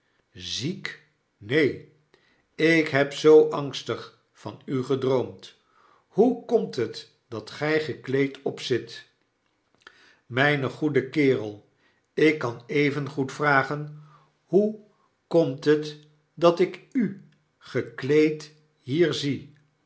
ziek keen ik heb zoo angstig van u gedroomd hoe komt het dat gy gekleed opzit myn goede kerel ik kan evengoed vragen hoe komt het dat ik u gekleed hier zie